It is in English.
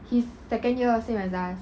he's second year same as us